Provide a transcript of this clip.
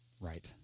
right